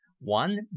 One